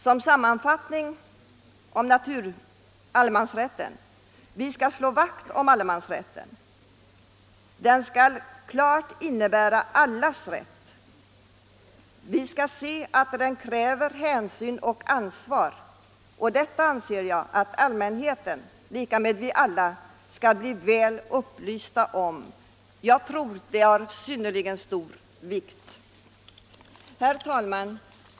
Såsom sammanfattning vill jag säga att vi måste slå vakt om allemansrätten. Den skall klart innebära allas rätt. Då först slår vi verklig vakt om den. Vi är tvungna att inse att det kräver hänsyn, ansvar och skyldighet. Detta anser jag att allmänheten — vi alla — måste bli väl upplyst om. Det är av synnerligen stor vikt. Herr talman!